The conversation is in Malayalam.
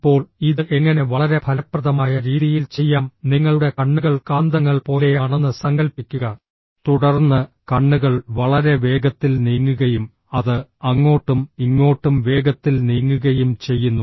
ഇപ്പോൾ ഇത് എങ്ങനെ വളരെ ഫലപ്രദമായ രീതിയിൽ ചെയ്യാം നിങ്ങളുടെ കണ്ണുകൾ കാന്തങ്ങൾ പോലെയാണെന്ന് സങ്കൽപ്പിക്കുക തുടർന്ന് കണ്ണുകൾ വളരെ വേഗത്തിൽ നീങ്ങുകയും അത് അങ്ങോട്ടും ഇങ്ങോട്ടും വേഗത്തിൽ നീങ്ങുകയും ചെയ്യുന്നു